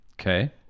Okay